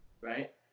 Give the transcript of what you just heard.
right